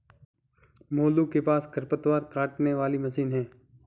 मोलू के पास खरपतवार काटने वाली मशीन है